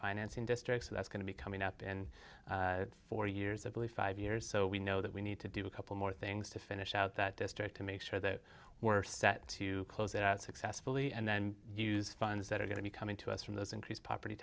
financing districts that's going to be coming up in four years of blue five years so we know that we need to do a couple more things to finish out that district to make sure that we're set to close it out successfully and then use funds that are going to be coming to us from those increased property